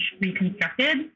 reconstructed